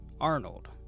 Arnold